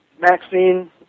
Maxine